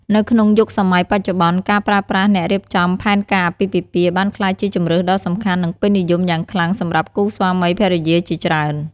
នៅក្នុងយុគសម័យបច្ចុប្បន្ន ការប្រើប្រាស់អ្នករៀបចំផែនការអាពាហ៍ពិពាហ៍ បានក្លាយជាជម្រើសដ៏សំខាន់ និងពេញនិយមយ៉ាងខ្លាំងសម្រាប់គូស្វាមីភរិយាជាច្រើន។